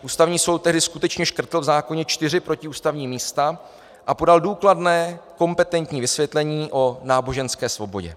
Ústavní soud tehdy skutečně škrtl v zákoně čtyři protiústavní místa a podal důkladné kompetentní vysvětlení o náboženské svobodě.